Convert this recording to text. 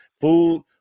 food